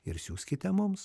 ir siųskite mums